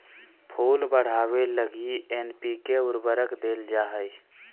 फूल बढ़ावे लगी एन.पी.के उर्वरक देल जा हइ